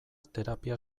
terapia